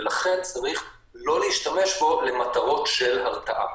ולכן צריך לא להשתמש בו למטרות של הרתעה.